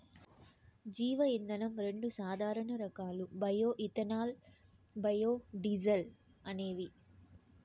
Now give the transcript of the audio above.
జీవ ఇంధనం రెండు సాధారణ రకాలు బయో ఇథనాల్, బయోడీజల్ అనేవి